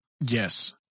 Yes